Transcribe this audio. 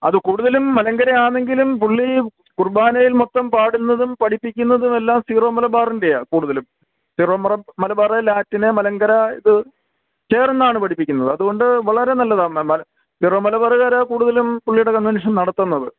അത് കൂടുതലും മലങ്കരയാന്നെങ്കിലും പുള്ളി കുർബാനയിൽ മൊത്തം പാടുന്നതും പഠിപ്പിക്കുന്നതും എല്ലാം സീറോ മലബാറിൻ്റെയാ കൂടുതലും സീറോ മലബാറ് ലാറ്റിന് മലങ്കര ഇത് ചേർന്നാണ് പഠിപ്പിക്കുന്നത് അതുകൊണ്ട് വളരെ നല്ലതാണ് സീറോ മലബാറുകാരാ കൂടുതലും പുള്ളിയുടെ കൺവെൻഷൻ നടത്തുന്നത്